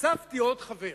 הוספתי עוד חבר,